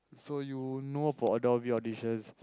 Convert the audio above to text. so you know for Adobe audition